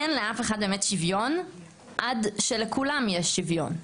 אין לאף אחד באמת שוויון עד שלכולם יהיה שוויון.